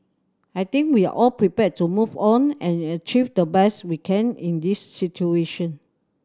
I think we are all prepared to move on and achieve the best we can in this situation